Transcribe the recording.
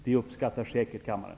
Det uppskattar säkert kammaren.